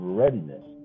readiness